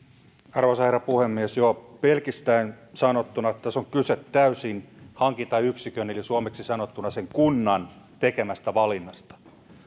arvoisa herra puhemies joo pelkistäen sanottuna tässä on kyse täysin hankintayksikön eli suomeksi sanottuna kunnan tekemästä valinnasta